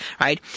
right